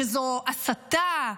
שזו הסתה,